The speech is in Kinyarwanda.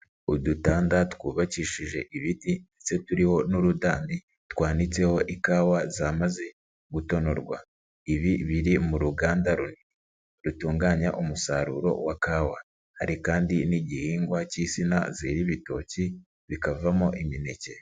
Udutanda twubakishije ibiti ndetse turiho n'urudani, twanitseho ikawa zamaze gutonorwa, ibi biri mu ruganda rutunganya umusaruro wa kawa. Hari kandi n'igihingwa cy'insina zera ibitoki, bikavamo imineke.